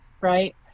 right